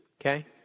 Okay